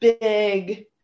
big